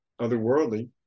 otherworldly